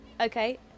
Okay